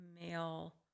male